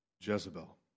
Jezebel